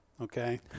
okay